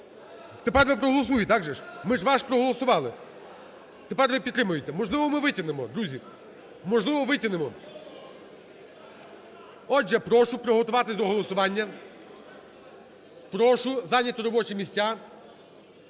тепер ви проголосуєте, так же? Ми ж ваш проголосували. Тепер ви підтримуєте, можливо, ми витягнемо. Друзі, можливо, витягнемо. Отже, прошу приготуватись до голосування, прошу зайняти робочі місця.